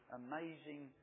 amazing